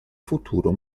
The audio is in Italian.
futuro